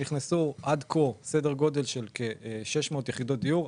נכנסו עד כה סדר גודל של כ-600 יחידות דיור.